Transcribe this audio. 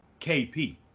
KP